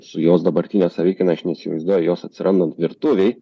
su jos dabartine savikaina aš neįsivaizduoju jos atsirandant virtuvėj